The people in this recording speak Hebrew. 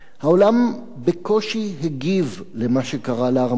העולם בקושי הגיב על מה שקרה לארמנים.